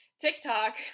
TikTok